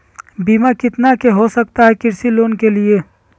बीमा कितना के हो सकता है कृषि लोन के लिए?